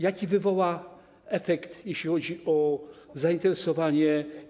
Jaki wywoła efekt, jeśli chodzi o zainteresowanie?